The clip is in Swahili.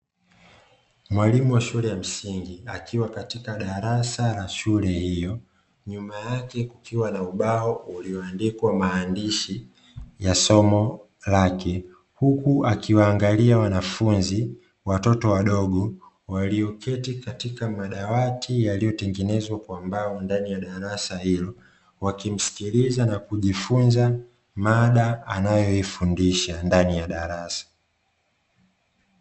Mwalimu wa shule ya msingi akiwa katika darasa la shule hio nyuma yake kukiwa na ubao ulioandikwa maandishi ya somo lake, huku akiwaangalia wanafunzi watoto wadogo walioketi katika madawati yaliyo tengenezwa kwa mbao ndani ya darasa hilo wakimsikiliza na kujifunza mada anayofundisha ndani ya darasa.